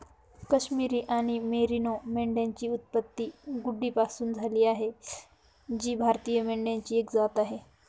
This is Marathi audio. काश्मिरी आणि मेरिनो मेंढ्यांची उत्पत्ती गड्डीपासून झाली आहे जी भारतीय मेंढीची एक जात आहे